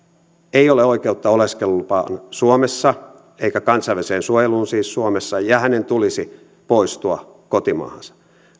ei ole oikeutta oleskelulupaan suomessa eikä kansainväliseen suojeluun suomessa ja hänen tulisi poistua kotimaahansa